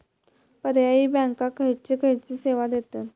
पर्यायी बँका खयचे खयचे सेवा देतत?